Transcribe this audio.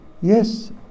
Yes